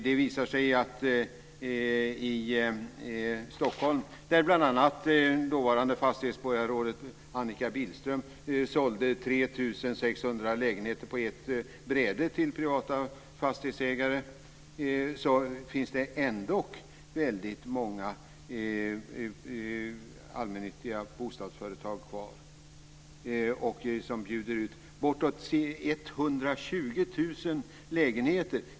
Det visar sig att i Stockholm - där bl.a. dåvarande fastighetsborgarrådet Annika Billström sålde 3 600 finns det ändock väldigt många allmännyttiga bostadsföretag kvar. De bjuder ut bortåt 120 000 lägenheter.